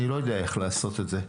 אני לא יודע איך לעשות את זה.